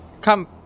come